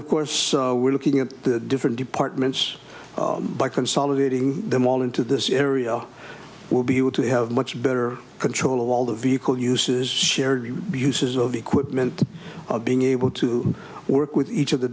of course we're looking at the different departments by consolidating them all into this area will be able to have much better control of all the vehicle uses shared uses of equipment being able to work with each of the